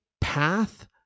path